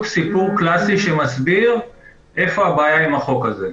סיפור קלאסי שמסביר מה הבעיה בחוק הזה.